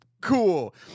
cool